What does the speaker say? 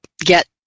get